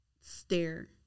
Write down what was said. stare